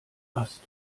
ast